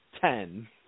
Ten